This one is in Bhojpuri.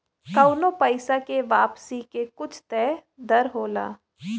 कउनो पइसा के वापसी के कुछ तय दर होला